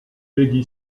peggy